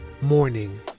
Morning